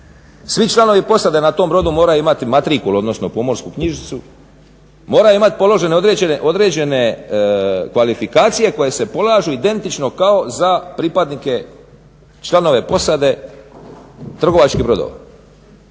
Svi članovi posade na tom brodu moraju imati matrikul, odnosno pomorsku knjižicu, moraju imat položene određene kvalifikacije koje se polažu identično kao za pripadnike članove posade trgovačkih brodova.